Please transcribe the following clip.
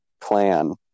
plan